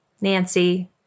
Nancy